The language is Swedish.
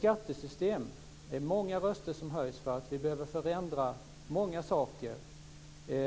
Det är många röster som höjs för en förändring av många saker, av